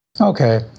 Okay